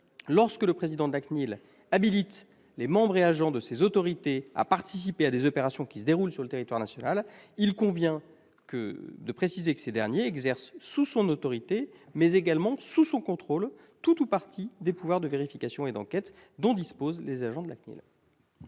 lorsque le président de la CNIL habilite les membres et agents de ces autorités à participer à des opérations se déroulant sur le territoire national, il convient de préciser que ces derniers exercent sous son autorité, mais également sous son contrôle, tout ou partie des pouvoirs de vérification et d'enquête dont disposent les agents de la CNIL.